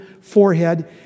forehead